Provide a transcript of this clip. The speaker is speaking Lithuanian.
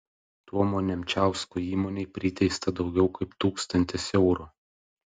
tomo nemčiausko įmonei priteista daugiau kaip tūkstantis eurų